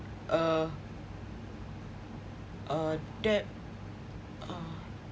uh uh that